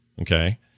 Okay